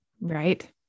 right